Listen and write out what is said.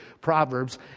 proverbs